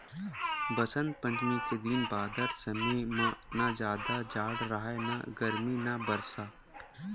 बसंत पंचमी के दिन बादर समे म न जादा जाड़ राहय न गरमी न बरसा